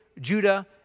Judah